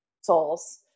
souls